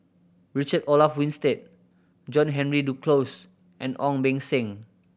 Richard Olaf Winstedt John Henry Duclos and Ong Beng Seng